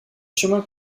chemins